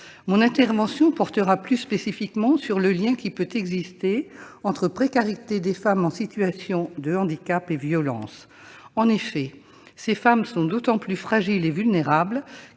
Mon intervention portera plus spécifiquement sur le lien qui peut exister entre précarité des femmes en situation de handicap et violences. En effet, ces femmes sont d'autant plus fragiles et vulnérables